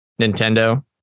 Nintendo